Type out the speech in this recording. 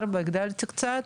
24. 24, הגדלתי קצת.